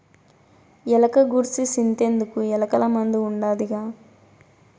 ఎలక గూర్సి సింతెందుకు, ఎలకల మందు ఉండాదిగా